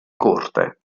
corte